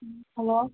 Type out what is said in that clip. ꯎꯝ hello